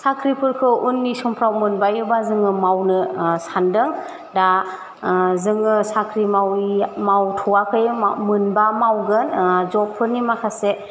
साख्रिफोरखौ उननि समफ्राव मोनबायोबा जोङो मावनो सानदों दा जोङो साख्रि मावि मावथ'वाखै माव मोनबा मावगोन जबफोरनि माखासे